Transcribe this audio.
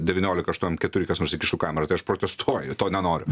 deviolika aštuomketuri kas nors įkištų kamerą tai aš protestuoju to nenoriu